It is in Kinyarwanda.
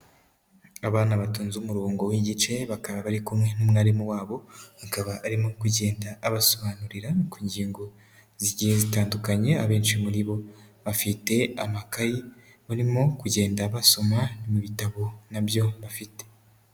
Abana batonze umurongo w'igice, bakaba bari kumwe n'umwarimu wabo, akaba arimo kugenda abasobanurira ku ngingo zigiye zitandukanye, abenshi muri bo bafite amakayi barimo kugenda basoma n'ibitabo na byo bafite.